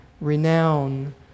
renown